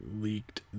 leaked